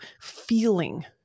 feeling